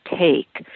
take